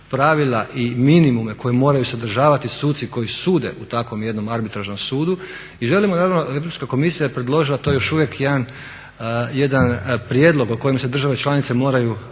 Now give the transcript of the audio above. i minimume koje moraju sadržavati suci koji sude u takvom jednom arbitražnom sudu. I želimo naravno, Europska komisija je predložila, to je još uvijek jedan prijedlog o kojem se države članice moraju